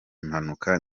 mpanuka